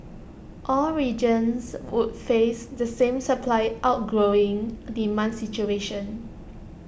all regions would face the same supply outgrowing demand situation